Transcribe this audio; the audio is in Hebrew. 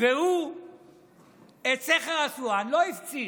הוא את סכר אסואן לא הפציץ,